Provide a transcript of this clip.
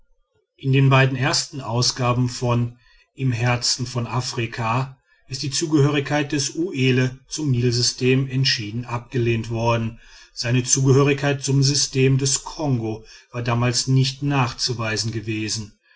in den beiden ersten ausgaben von im herzen von afrika ist die zugehörigkeit des uelle zum nilsystem entschieden abgelehnt worden seine zugehörigkeit zum system des kongo war damals nicht nachzuweisen gewesen